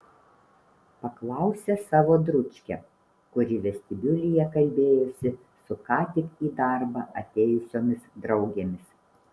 paklausė savo dručkę kuri vestibiulyje kalbėjosi su ką tik į darbą atėjusiomis draugėmis